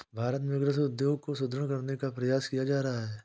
भारत में कृषि उद्योग को सुदृढ़ करने का प्रयास किया जा रहा है